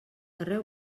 arreu